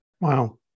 Wow